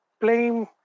blame